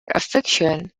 eviction